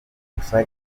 gusa